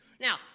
Now